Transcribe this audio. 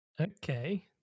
Okay